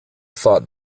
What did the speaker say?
thought